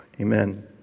Amen